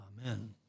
Amen